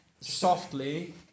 softly